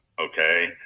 okay